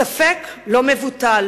הספק לא מבוטל